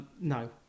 No